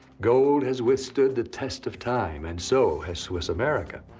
gold has withstood the test of time, and so has swiss america.